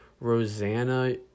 Rosanna